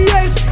Yes